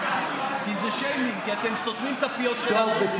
זה שמי כי אתם סותמים את הפיות שלנו בחוק הזה.